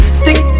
stick